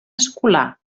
escolar